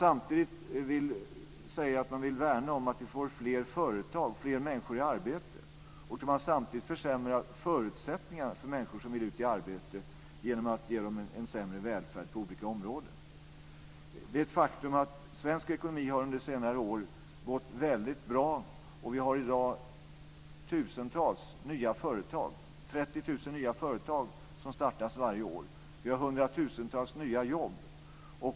Samtidigt som man säger att man vill värna om att få fler företag och fler människor i arbete försämrar man förutsättningar för människor som vill komma ut i arbete genom att ge dem en sämre välfärd på olika områden. Det är ett faktum att det har gått väldigt bra för svensk ekonomi under senare år. Vi har i dag tusentals nya företag - 30 000 startas varje år. Vi har hundratusentals nya jobb.